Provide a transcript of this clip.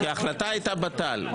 כי ההחלטה הייתה בט"ל.